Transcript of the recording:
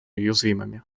уязвимыми